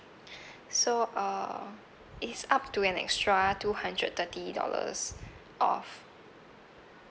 so uh it's up to an extra two hundred thirty dollars off